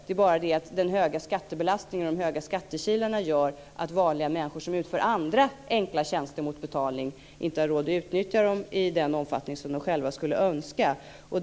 Det är bara det att den stora skattebelastningen och de stora skattekilarna gör att vanliga människor som mot betalning utför andra enkla tjänster inte har råd att utnyttja de här tjänsterna i den omfattning som de själva skulle önska.